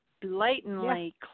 Blatantly